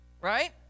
right